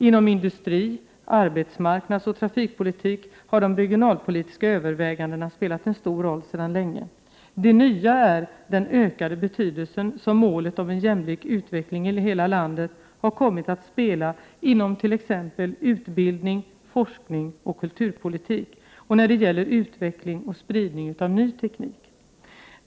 Inom industri-, arbetsmarknadsoch trafikpolitik har de regionalpolitiska övervägandena spelat en stor roll sedan länge. Det nya är den ökade betydelse som målet om en jämlik utveckling i hela landet har kommit att spela inom t.ex. utbildnings-, forskningsoch kulturpolitik samt när det gäller utveckling och spridning av ny teknik.